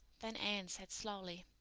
then anne said slowly,